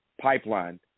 pipeline